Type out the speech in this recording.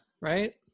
right